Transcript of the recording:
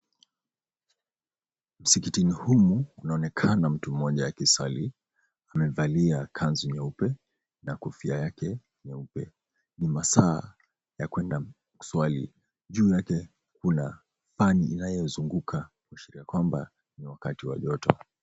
Msikitini humu kunaonekana mtu mmoja akiswali, amevalia kanzu nyeupe na kofia yake nyeupe ni masaa ya kuenda kuswali. Juu yake kuna feni inayozunguka kuashiria ya kwamba ni wakati wa joto.